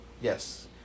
Yes